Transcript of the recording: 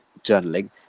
journaling